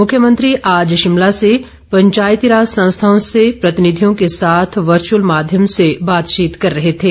मुख्यमंत्री आज शिमला से पंचायती राज संस्थाओं से प्रतिनिधियों के साथ वर्चुअल माध्यम से बातचीत कर रहे थें